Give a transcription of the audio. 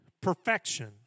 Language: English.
perfection